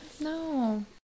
No